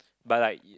but like